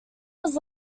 was